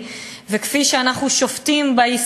4751 ו-4753.